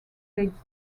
takes